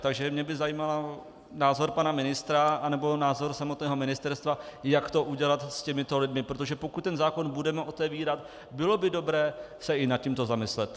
Takže mě by zajímal názor pana ministra a nebo názor samotného ministerstva, jak to udělat s těmito lidmi, protože pokud zákon budeme otevírat, bylo by dobré se i nad tímto zamyslet.